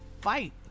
fight